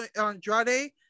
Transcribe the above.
Andrade